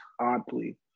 oddly